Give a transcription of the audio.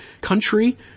country